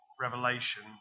revelation